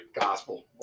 gospel